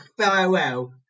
farewell